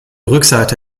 rückseite